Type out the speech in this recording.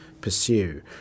pursue